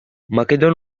makedon